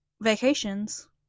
vacations